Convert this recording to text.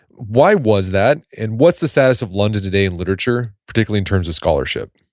why was that and what's the status of london today in literature, particularly in terms of scholarship?